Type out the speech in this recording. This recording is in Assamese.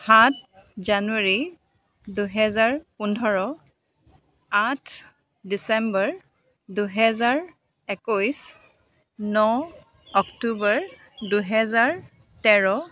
সাত জানুৱাৰী দুহেজাৰ পোন্ধৰ আঠ ডিচেম্বৰ দুহেজাৰ একৈছ ন অক্টোবৰ দুহেজাৰ তেৰ